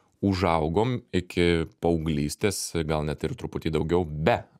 užaugom iki paauglystės gal net ir truputį daugiau be